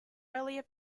earlier